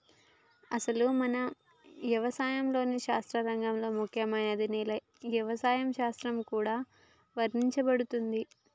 అసలు మన యవసాయ శాస్త్ర రంగంలో ముఖ్యమైనదిగా నేల యవసాయ శాస్త్రంగా కూడా వర్ణించబడుతుంది